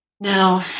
Now